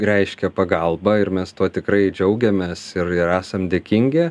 reiškia pagalbą ir mes tuo tikrai džiaugiamės ir ir esam dėkingi